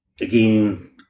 Again